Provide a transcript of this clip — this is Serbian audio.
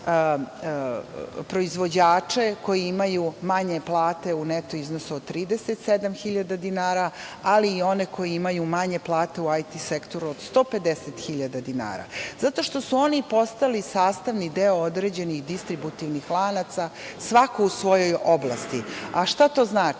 proizvođače koji imaju manje plate u neto iznosu od 37.000 dinara, ali i one koji imaju manje plate u IT sektoru od 150.000 dinara. Oni su postali sastavni deo određenih distributivnih lanaca svako u svojoj oblasti. Šta to znači?